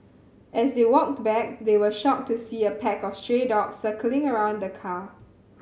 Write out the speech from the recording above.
as they walked back they were shocked to see a pack of stray dog circling around the car